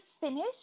finish